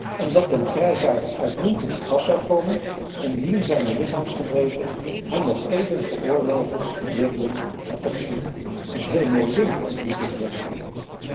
en dat den grijsaard uitmuntend te pas zou komen indien zijne lichaamsgebreken hem nog even veroorloven wilden het te genieten een heel mooi ding die tevredenheid